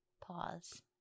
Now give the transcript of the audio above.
Pause